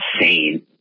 insane